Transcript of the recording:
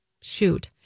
Shoot